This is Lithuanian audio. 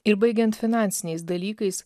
ir baigiant finansiniais dalykais